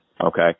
Okay